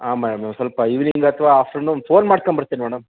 ಹಾಂ ಮೇಮ್ ಸ್ವಲ್ಪ ಇವ್ನಿಂಗ್ ಅಥವಾ ಆಫ್ಟರ್ನೂನ್ ಫೋನ್ ಮಾಡ್ಕಂಬರ್ತೀನಿ ಮೇಡಮ್